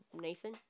Nathan